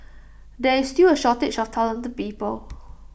there is still A shortage of talented people